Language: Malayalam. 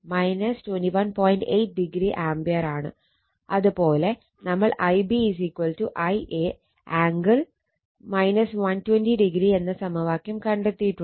8o ആംപിയർ ആണ് അതുപോലെ നമ്മൾ Ib Ia ആംഗിൾ 120o എന്ന സമവാക്യം കണ്ടെത്തിയിട്ടുണ്ട്